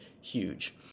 huge